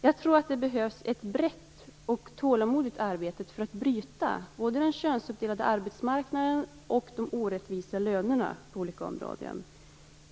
Jag tror att det behövs ett brett och tålmodigt arbete för att bryta både den könsuppdelade arbetsmarknaden och de orättvisa lönerna på olika områden.